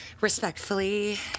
respectfully